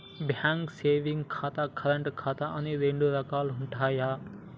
bank savings ఖాతా, current ఖాతా అని రెండు రకాలుంటయ్యి